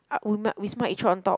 uh Wisma Atria on top